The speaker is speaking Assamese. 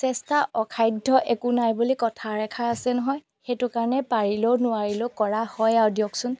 চেষ্টাৰ অসাধ্য একো নাই বুলি কথা এষাৰ আছে নহয় সেইটো কাৰণে পাৰিলেও নোৱাৰিলেও কৰা হয় আৰু দিয়কচোন